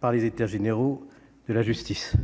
par les états généraux de la justice,